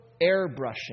airbrushing